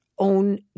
own